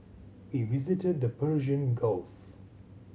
we visited the Persian Gulf